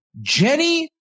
Jenny